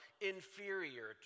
inferior